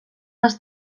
les